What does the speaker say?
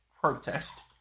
protest